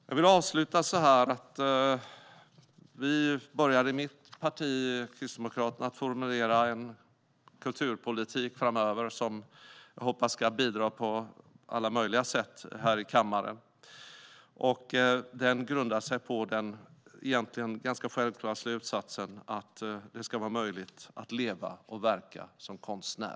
Jag vill avsluta med att säga att vi i mitt parti, Kristdemokraterna, börjar att formulera en kulturpolitik som jag hoppas ska bidra på alla möjliga sätt här i kammaren framöver. Den grundar sig på den egentligen ganska självklara slutsatsen att det ska vara möjligt att leva och verka som konstnär.